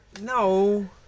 No